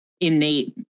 innate